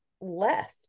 left